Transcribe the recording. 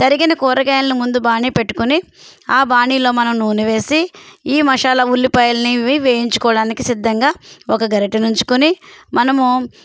తరిగిన కూరగాయలను ముందు బాణీ పెట్టుకుని ఆ బాణీలో మనం నూనె వేసి ఈ మసాలా ఉల్లిపాయల్ని ఇవ్వి వేయించుకోవడానికి సిద్ధంగా ఒక గరిటెనుంచుకొని మనము